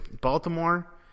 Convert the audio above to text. Baltimore